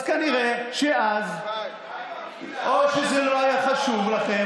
אז כנראה שאז או שזה לא היה חשוב לכם,